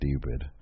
stupid